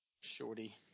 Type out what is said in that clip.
shorty